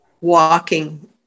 walking